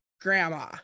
grandma